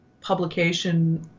publication